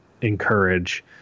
encourage